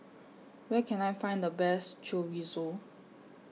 Where Can I Find The Best Chorizo